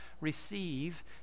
receive